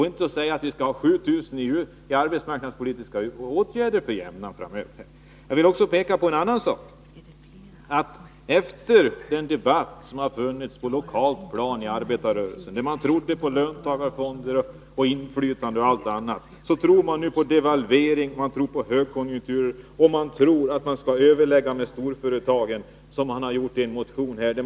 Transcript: Kom inte och säg att 7 000 människor för jämnan skall sysselsättas med hjälp av arbetsmarknadspolitiska åtgärder! Vidare vill jag peka på en annan sak. Efter den debatt som har förts på lokalt plan inom arbetarrörelsen och där man har gett uttryck för en tro på löntagarfonder, inflytande etc., tror man nu tydligen på devalvering, högkonjunkturer och överläggningar med storföretagen. Det framgår av en motion som väckts.